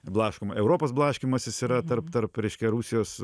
blaškoma europos blaškymasis yra tarp tarp reiškia rusijos